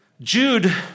Jude